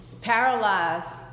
paralyzed